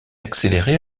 accéléré